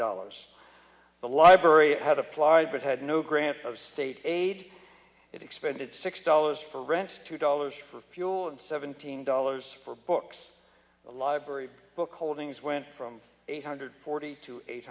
dollars the library had applied but had no grant of state aid expended six dollars for rent two dollars for fuel and seven thousand dollars for books a library book holdings went from eight hundred forty to eight